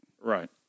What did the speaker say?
Right